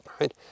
right